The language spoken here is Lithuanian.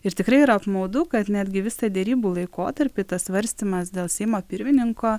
ir tikrai yra apmaudu kad netgi visą derybų laikotarpį tas svarstymas dėl seimo pirmininko